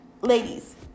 ladies